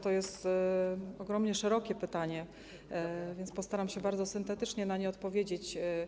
To jest ogromnie szerokie pytanie, więc postaram się bardzo syntetycznie na nie odpowiedzieć.